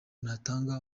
natanga